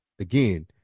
again